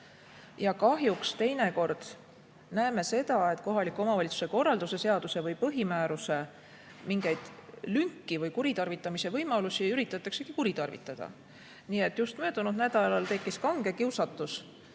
Kahjuks teinekord näeme seda, et kohaliku omavalitsuse korralduse seaduse või põhimääruse mingeid lünki või kuritarvitamise võimalusi üritataksegi kuritarvitada. Just möödunud nädalal tekkis kange kiusatus